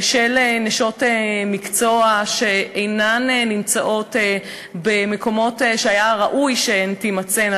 של נשות מקצוע שאינן נמצאות במקומות שהיה ראוי שהן תימצאנה,